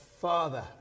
father